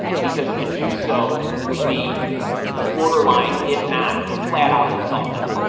because to do so would be borderline, if not flat out insulting.